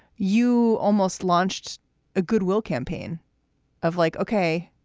you almost launched a goodwill campaign of like, ok,